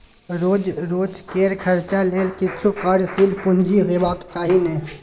रोज रोजकेर खर्चा लेल किछु कार्यशील पूंजी हेबाक चाही ने